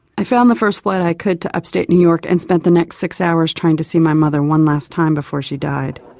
i found the first flight i could to upstate new york and spent the next six hours trying to see my mother one last time before she died.